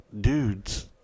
dudes